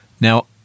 now